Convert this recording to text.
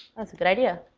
that's a good idea.